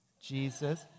Jesus